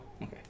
Okay